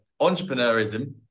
entrepreneurism